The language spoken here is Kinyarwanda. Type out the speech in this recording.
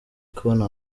kubona